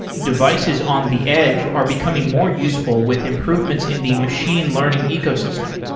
devices on the edge are becoming more useful with improvements in the machine learning ecosystem.